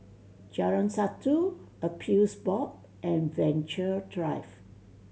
Jalan Satu Appeals Board and Venture Drive